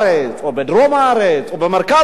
בדרום הארץ או במרכז הארץ,